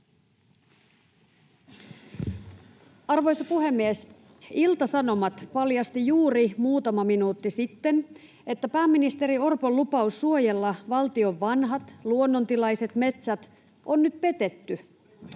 Arvoisa puhemies! Ilta-Sanomat paljasti juuri muutama minuutti sitten, että pääministeri Orpon lupaus suojella valtion vanhat, luonnontilaiset metsät on nyt petetty.